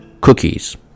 cookies